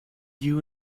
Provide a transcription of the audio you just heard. you